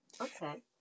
Okay